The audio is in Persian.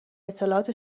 اطلاعات